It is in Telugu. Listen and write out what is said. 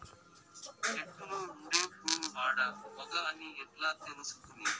చెట్టులో ఉండే పూలు ఆడ, మగ అని ఎట్లా తెలుసుకునేది?